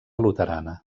luterana